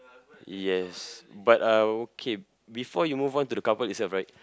yes but uh okay before you move on to the cardboard itself right